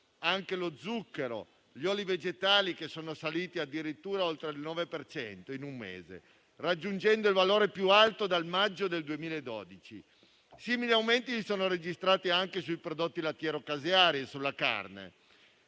anche lo zucchero e gli oli vegetali, i cui prezzi sono saliti addirittura di oltre il 9 per cento in un mese, raggiungendo il valore più alto dal maggio 2012. Simili aumenti si sono registrati anche sui prodotti lattiero-caseari e sulla carne.